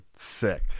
sick